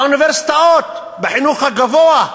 באוניברסיטאות, בחינוך הגבוה,